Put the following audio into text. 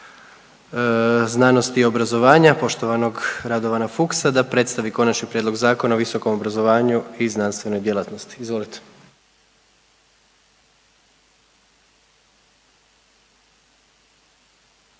znanosti i obrazovanja poštovanog Radovana Fuchsa da predstavi Konačni prijedlog Zakona o visokom obrazovanju i znanstvenoj djelatnosti, izvolite.